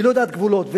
היא לא יודעת גבולות.